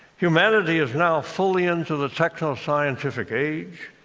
humanity is now fully into the techno-scientific age.